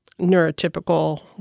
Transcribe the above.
neurotypical